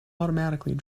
automatically